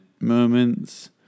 moments